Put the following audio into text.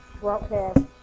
broadcast